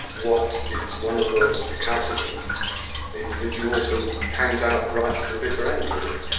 watt is one of those recalcitrant individuals who hangs out right to the bitter end